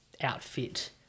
outfit